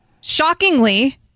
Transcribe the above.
Shockingly